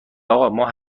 اقا، ما